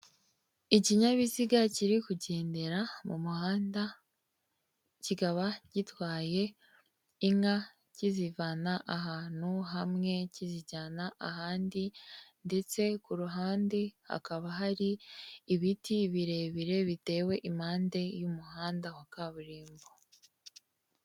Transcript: Ikinyabiziga kiri kugendera mu muhanda, kikaba gitwaye inka kizivana ahantu hamwe kizijyana ahandi ndetse ku ruhande hakaba hari ibiti birebire bitewe impande y'umuhanda wa kaburimbo.